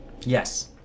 Yes